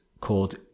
called